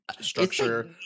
structure